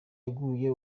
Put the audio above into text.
iguye